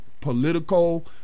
political